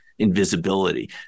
invisibility